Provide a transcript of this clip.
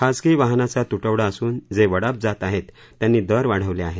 खासगी वाहनाचा तुटवड़ा असून जे वडाप जात आहेत त्यानी दर वाढ़वले आहेत